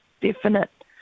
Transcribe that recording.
definite